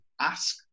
ask